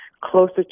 closer